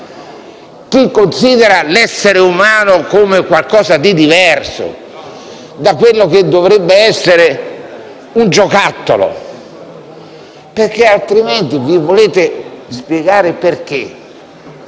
che considera l'essere umano come qualcosa di diverso da quello che dovrebbe essere un giocattolo: altrimenti mi volete spiegare perché